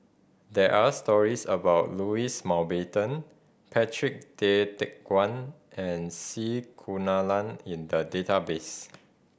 there are stories about Louis Mountbatten Patrick Tay Teck Guan and C Kunalan in the database